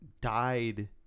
died